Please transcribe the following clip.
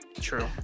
True